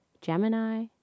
Gemini